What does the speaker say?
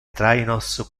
trainos